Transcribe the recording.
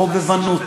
חובבנות,